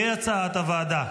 כהצעת הוועדה.